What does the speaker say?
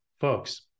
folks